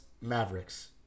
Mavericks